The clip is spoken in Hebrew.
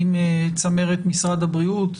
עם צמרת משרד הבריאות.